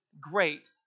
great